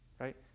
Right